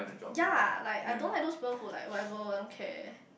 ya like I don't like those people who like whatever I don't care